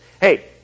Hey